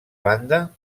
banda